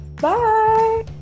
Bye